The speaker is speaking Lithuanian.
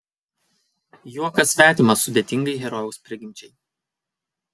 juokas svetimas sudėtingai herojaus prigimčiai